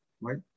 right